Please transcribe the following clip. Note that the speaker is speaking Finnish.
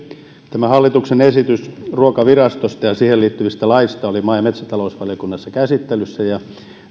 tämä hallituksen esitys ruokavirastosta ja siihen liittyvistä laeista oli maa ja metsätalousvaliokunnassa käsittelyssä ja